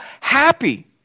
happy